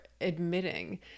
admitting